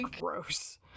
gross